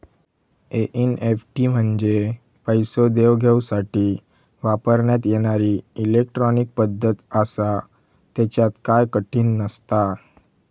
NEFT म्हंजे पैसो देवघेवसाठी वापरण्यात येणारी इलेट्रॉनिक पद्धत आसा, त्येच्यात काय कठीण नसता